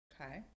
Okay